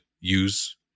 use